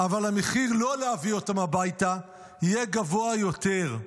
אבל המחיר לא להביא אותם הביתה יהיה גבוה יותר".